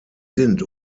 sind